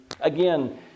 Again